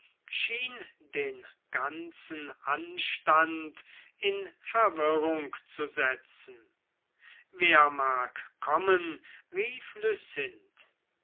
den ganzen aufstand in verwirrung zu setzen wer mag kommen rief